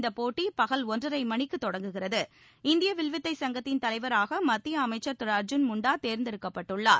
இந்தப் போட்டி பகல் ஒன்றரை மணிக்கு தொடங்குகிறது மத்திய இந்திய வில்வித்தை சங்கத்தின் தலைவராக அமைச்சர் திரு அர்ஜூன் முண்டா தேர்ந்தெடுக்கப்பட்டுள்ளார்